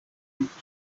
bice